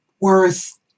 worth